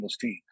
team